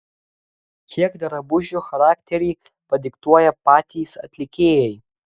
kiek drabužių charakterį padiktuoja patys atlikėjai